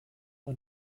man